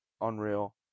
unreal